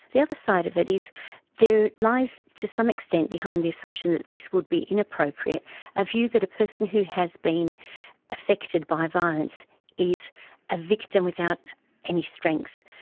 the other side of it is there lies to some extent behind the assumption that this would be inappropriate a view that a person who has been affected by violence is a victim without any strength,